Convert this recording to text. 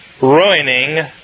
ruining